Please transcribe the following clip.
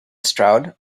stroud